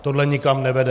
Tohle nikam nevede.